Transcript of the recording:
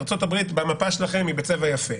ארצות הברית במפה שלכם היא בצבע יפה,